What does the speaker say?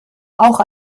auch